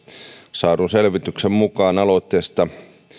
saadun selvityksen mukaan aloitteessa